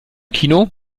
kino